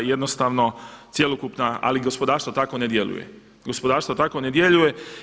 Jednostavno cjelokupna ali i gospodarstvo tako ne djeluje, gospodarstvo tako ne djeluje.